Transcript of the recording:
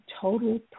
total